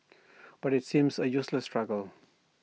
but IT seems A useless struggle